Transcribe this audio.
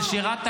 של שירת,